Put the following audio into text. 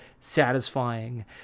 satisfying